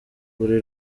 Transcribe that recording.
buri